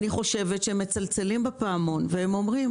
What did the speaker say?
אני חושבת שהם מצלצלים בפעמון והם אומרים